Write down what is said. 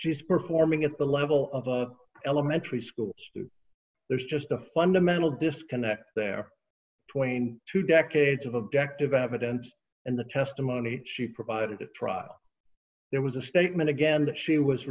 is performing at the level of the elementary schools there's just a fundamental disconnect there twain two decades of objective evidence and the testimony she provided a trial there was a statement again that she was